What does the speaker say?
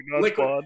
liquid